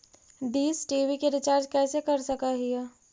Dish TV के recharge कैसे कर सक हिय?